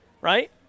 right